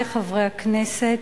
חברי חברי הכנסת,